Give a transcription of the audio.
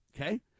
okay